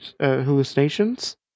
hallucinations